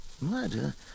murder